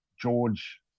George